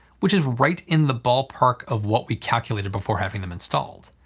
which is right in the ballpark of what we calculated before having them installed.